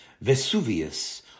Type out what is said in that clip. Vesuvius